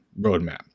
roadmap